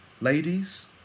Ladies